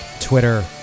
Twitter